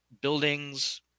buildings